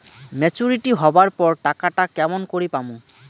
Maturity হবার পর টাকাটা কেমন করি পামু?